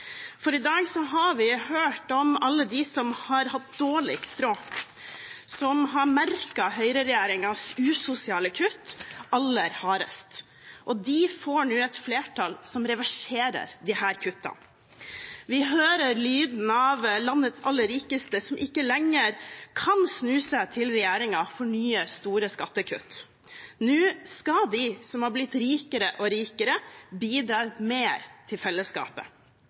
For i dag har vi hørt om alle dem har hatt dårligst råd, som har merket høyreregjeringens usosiale kutt aller hardest, og de får nå et flertall som reverserer disse kuttene. Vi hører lyden av landets aller rikeste som ikke lenger kan snu seg til regjeringen for å få nye, store skattekutt. Nå skal de som har blitt rikere og rikere, bidra mer til fellesskapet.